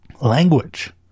language